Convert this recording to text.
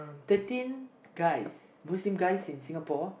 thirteen guys Muslim guys in Singapore